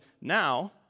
Now